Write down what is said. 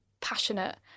passionate